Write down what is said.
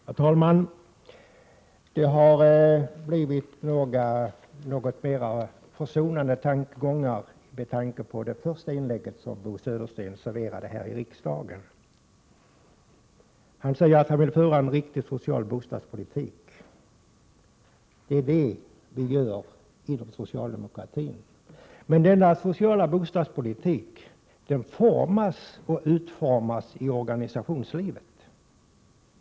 Herr talman! Det var nu något mera försonliga tongångar än i Bo Söderstens första inlägg. Han säger att han vill föra en riktig social bostadspolitik. Det är det vi gör inom socialdemokratin, men denna sociala bostadspolitik utformas i organisationslivet.